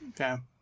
Okay